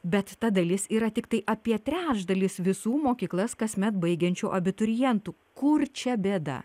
bet ta dalis yra tiktai apie trečdalis visų mokyklas kasmet baigiančių abiturientų kur čia bėda